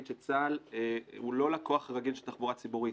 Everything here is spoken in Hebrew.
שצה"ל הוא לא לקוח רגיל של תחבורה ציבורית.